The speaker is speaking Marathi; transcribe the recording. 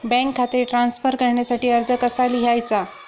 बँक खाते ट्रान्स्फर करण्यासाठी अर्ज कसा लिहायचा?